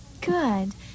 Good